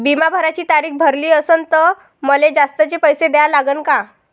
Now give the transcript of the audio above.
बिमा भराची तारीख भरली असनं त मले जास्तचे पैसे द्या लागन का?